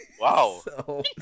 Wow